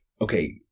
okay